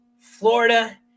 Florida